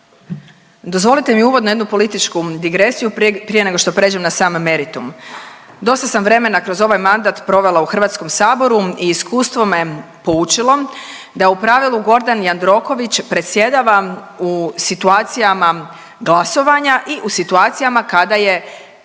Dozvolite mi uvodno jednu političku digresiju prije, prije nego što pređem na sam meritum. Dosta sam vremena kroz ovaj mandat provela u HS i iskustvo me poučilo da u pravilu Gordan Jandroković predsjedava u situacijama glasovanja i u situacijama kada je